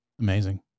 Amazing